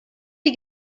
sie